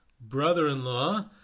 brother-in-law